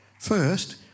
First